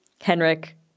Henrik